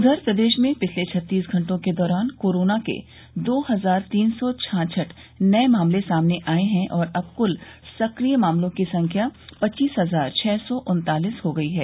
उधर प्रदेश में पिछले छत्तीस घंटों के दौरान कोरोना के दो हजार तीन सौ छाछठ नये मामले सामने आये हैं और अब क्ल सक्रिय मामलों की संख्या पच्चीस हजार छः सौ उन्तालिस हो गई है